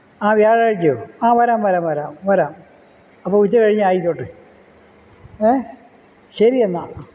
ആ വ്യാഴാഴ്ചയോ ആ വരാം വരാം വരാം വരാം അപ്പോൾ ഉച്ച കഴിഞ്ഞ് ആയിക്കോട്ടെ ഏ ശരി എന്നാൽ